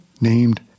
named